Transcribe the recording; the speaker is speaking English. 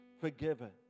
forgiven